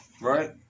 right